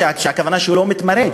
שהכוונה שהוא לא מתמרד,